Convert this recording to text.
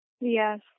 Yes